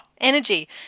energy